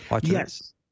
Yes